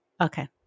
Okay